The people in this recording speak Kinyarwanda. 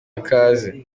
ikaze